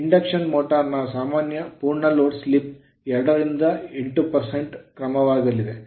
induction motor ನ ಸಾಮಾನ್ಯ ಪೂರ್ಣ ಲೋಡ್ ಸ್ಲಿಪ್ 2 ರಿಂದ 8 ಕ್ರಮದಲ್ಲಿದೆ